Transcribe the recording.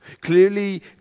Clearly